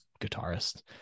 guitarist